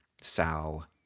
Sal